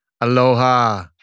aloha